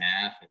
half